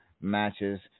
matches